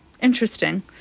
interesting